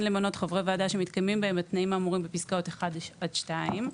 למנות חברי ועדה שמתקיימים בהם התנאים האמורים בפסקאות 1 עד 2,